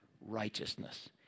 righteousness